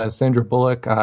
ah sandra bullock,